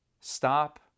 stop